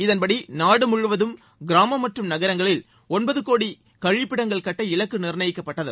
இதன்படி நாடு முழுவதும் கிராமம் மற்றும் நகரங்களில் ஒன்பது கோடி கழிப்பிடங்கள் கட்ட இலக்கு நிர்ணயிக்கப்பட்டது